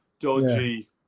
dodgy